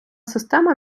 система